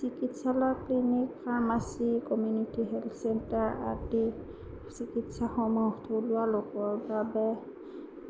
চিকিৎসালয়ত clinic pharmacy community health centre আদি চিকিৎসাসমূহ থলুৱা লোকৰ বাবে